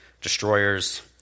destroyers